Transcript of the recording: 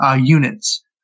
units